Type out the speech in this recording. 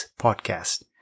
podcast